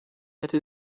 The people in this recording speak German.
hätte